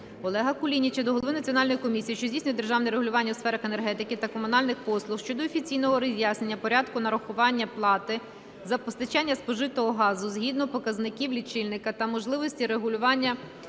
Олега Кулініча до голови Національної комісії, що здійснює державне регулювання у сферах енергетики та комунальних послуг щодо офіційного роз'яснення порядку нарахування плати за постачання спожитого газу згідно показників лічильника та можливості врегулювання механізму